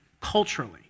culturally